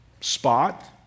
spot